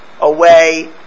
away